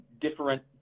different